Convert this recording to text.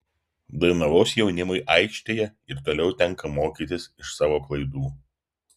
dainavos jaunimui aikštėje ir toliau tenka mokytis iš savo klaidų